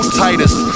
tightest